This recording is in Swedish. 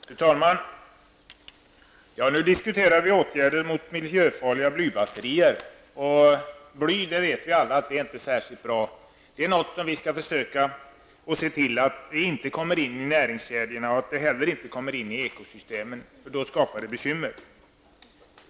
Fru talman! Nu diskuterar vi åtgärder mot miljöfarliga blybatterier. Att bly inte är särskilt bra vet vi alla, och vi skall försöka se till att det inte kommer in i näringskedjorna och i ekosystemen -- för då skapar det bekymmer.